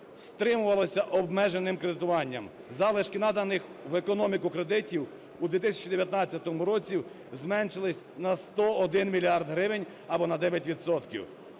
стримувалося обмеженим кредитуванням. Залишки наданих в економіку кредитів у 2019 році зменшилися на 101 мільярд гривень або на 9